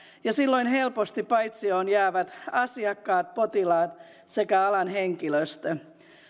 ja silloin helposti paitsioon jäävät asiakkaat potilaat sekä alan henkilöstö